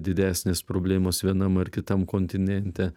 didesnės problemos vienam ar kitam kontinente